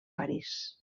parís